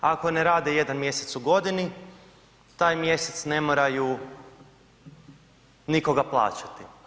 Ako ne rade jedan mjesec u godini, taj mjesec ne moraju nikoga plaćati.